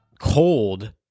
cold